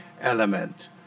element